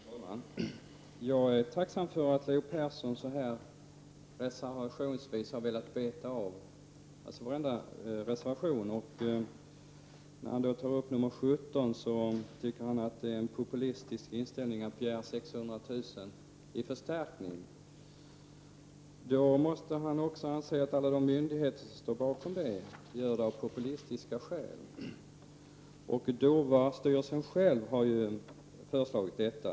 Fru talman! Jag är tacksam för att Leo Persson har velat beta av varenda reservation. När det gäller reservation nr 17 tycker han att det är en populistisk inställning att begära 600 000 kr. i förstärkning. Då måste han också anse att alla myndigheter som står bakom begäran gör det av populistiska skäl. Styrelsen för DOVA har själv föreslagit detta.